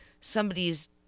somebody's